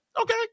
okay